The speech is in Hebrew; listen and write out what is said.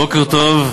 בוקר טוב.